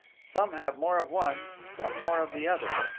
some have more of one, some more of the other.